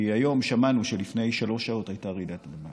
כי היום שמענו שלפני שלוש שעות הייתה רעידת אדמה.